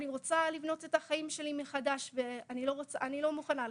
אני רוצה לבנות את החיים שלי מחדש ואני לא רוצה ולא מוכנה לחכות.